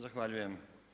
Zahvaljujem.